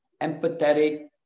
empathetic